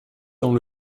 dans